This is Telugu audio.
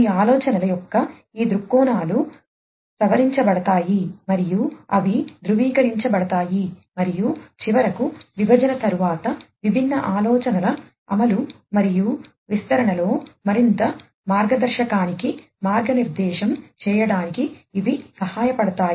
ఈ ఆలోచనల యొక్క ఈ దృక్కోణాలు సవరించబడతాయి మరియు అవి ధృవీకరించబడతాయి మరియు చివరకు విభజన తరువాత విభిన్న ఆలోచనల అమలు మరియు విస్తరణలో మరింత మార్గదర్శకానికి మార్గనిర్దేశం చేయడానికి ఇవి సహాయపడతాయి